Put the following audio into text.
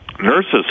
Nurse's